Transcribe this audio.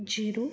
જીરું